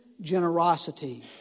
generosity